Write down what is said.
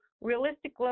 realistic